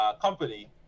company